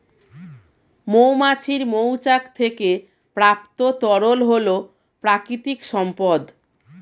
মৌমাছির মৌচাক থেকে প্রাপ্ত তরল হল প্রাকৃতিক সম্পদ